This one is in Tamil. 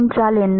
என்றால் என்ன